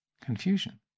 confusion